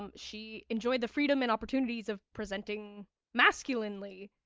um she enjoyed the freedom and opportunities of presenting masculinely,